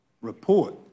report